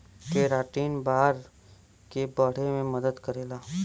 keratin बार के बढ़े में मदद करेला